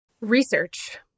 Research